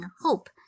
hope